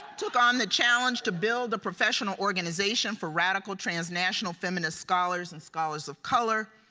took on the challenge to build a professional organization for radical transnational feminist scholars and scholars of color.